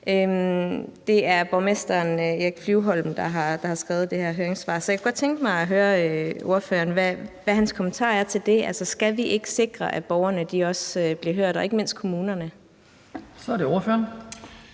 Det er borgmesteren i Lemvig, Erik Flyvholm, der har skrevet det her høringssvar. Så jeg kunne godt tænke mig at høre, hvad ordførerens kommentar er til det. Altså, skal vi ikke sikre, at borgerne og ikke mindst kommunerne også bliver hørt?